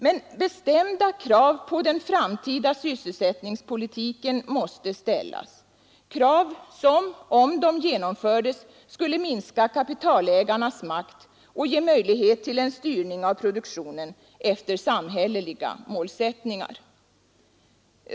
Men bestämda krav på den framtida sysselsättningspolitiken måste ställas — krav som, om de genomfördes, skulle minska kapitalägarnas makt och ge möjlighet till en styrning av produktionen efter samhälleliga målsättningar.